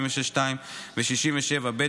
66(2) ו-67(ב),